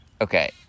Okay